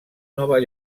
nova